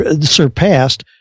surpassed